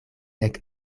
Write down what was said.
nek